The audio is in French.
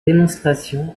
démonstration